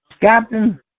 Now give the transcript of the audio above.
Captain